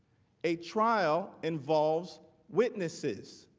a trial involves witnesses.